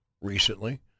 recently